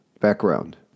Background